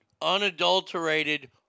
unadulterated